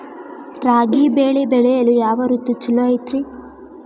ರಾಗಿ ಬೆಳೆ ಬೆಳೆಯಲು ಯಾವ ಋತು ಛಲೋ ಐತ್ರಿ?